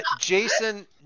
Jason